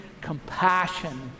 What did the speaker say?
compassion